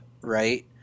right